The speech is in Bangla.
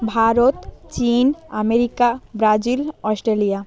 ভারত চীন আমেরিকা ব্রাজিল অস্ট্রেলিয়া